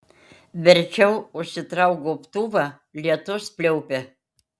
verčiau užsitrauk gobtuvą lietus pliaupia